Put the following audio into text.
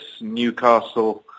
Newcastle